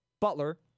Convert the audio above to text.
Butler